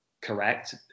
correct